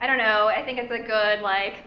i don't know. i think it's a good, like,